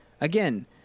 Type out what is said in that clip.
Again